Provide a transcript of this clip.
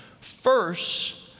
first